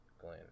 Glenn